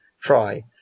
try